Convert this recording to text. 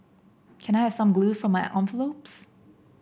can I have some glue for my envelopes